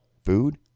Food